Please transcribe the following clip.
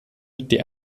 die